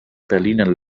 berliner